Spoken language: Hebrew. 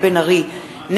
2010,